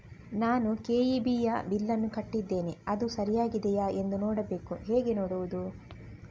ನಾನು ಕೆ.ಇ.ಬಿ ಯ ಬಿಲ್ಲನ್ನು ಕಟ್ಟಿದ್ದೇನೆ, ಅದು ಸರಿಯಾಗಿದೆಯಾ ಎಂದು ನೋಡಬೇಕು ಹೇಗೆ ನೋಡುವುದು?